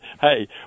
hey